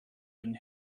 and